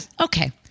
Okay